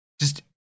Just-